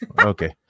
Okay